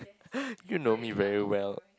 you know me very well